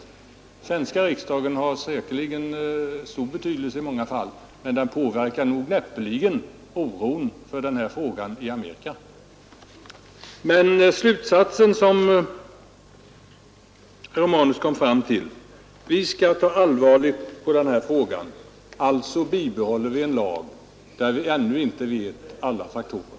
Den svenska riksdagen har säkerligen betydelse i många fall, men den påverkar näppeligen oron för den här frågan i Amerika.